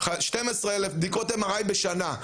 12,000 בדיקות MRI בשנה.